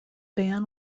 ban